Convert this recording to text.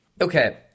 Okay